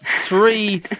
three